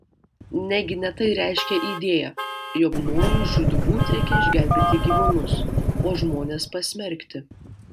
negi ne tai reiškia idėja jog nojui žūtbūt reikia išgelbėti gyvūnus o žmones pasmerkti